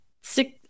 six